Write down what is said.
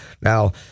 now